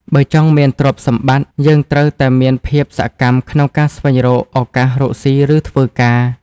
បើចង់មានទ្រព្យសម្បត្តិ យើងត្រូវតែមានភាពសកម្មក្នុងការស្វែងរកឱកាសរកស៊ី ឬធ្វើការ។